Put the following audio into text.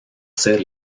ser